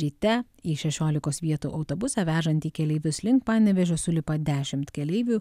ryte į šešiolikos vietų autobusą vežantį keleivius link panevėžio sulipa dešimt keleivių